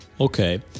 Okay